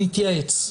נתייעץ.